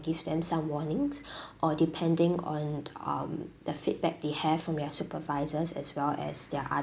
give them some warnings or depending on um the feedback they have from their supervisors as well as their o~